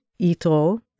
Itro